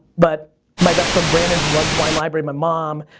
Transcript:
but my best friend, brandon, who runs wine library, my mom,